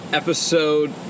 episode